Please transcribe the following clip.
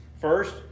first